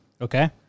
okay